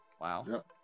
Wow